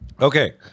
Okay